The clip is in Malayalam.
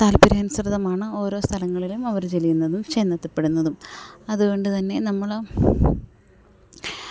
താല്പര്യാനുസൃതമാണാ ഓരോ സ്ഥലങ്ങളിലും അവർ ചൊരിയുന്നതും ചെന്നെത്തിപ്പെടുന്നതും അതു കൊണ്ടു തന്നെ നമ്മളും